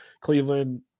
Cleveland –